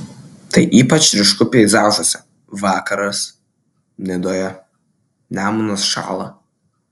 tai ypač ryšku peizažuose vakaras nidoje nemunas šąla